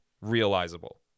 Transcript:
Realizable